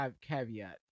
caveat